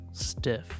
Stiff